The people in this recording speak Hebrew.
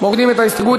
מורידים את ההסתייגות.